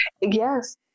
Yes